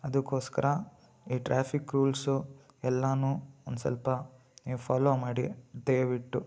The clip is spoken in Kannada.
ಅದಕ್ಕೋಸ್ಕರ ಈ ಟ್ರಾಫಿಕ್ ರೂಲ್ಸು ಎಲ್ಲಾ ಒಂದು ಸ್ವಲ್ಪ ನೀವು ಫಾಲೋ ಮಾಡಿ ದಯವಿಟ್ಟು